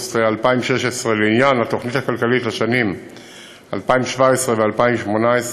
באוגוסט 2016 לעניין התוכנית הכלכלית לשנים 2017 ו-2018,